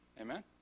Amen